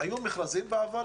היו מכרזים בעבר?